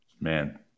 Man